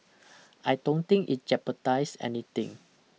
I don't think it jepardise anything